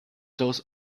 those